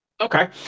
Okay